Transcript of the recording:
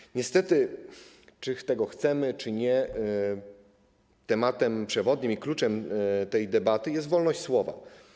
I niestety, czy tego chcemy czy nie, tematem przewodnim i kluczem tej debaty jest wolność słowa.